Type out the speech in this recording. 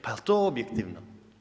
Pa jel to objektivno?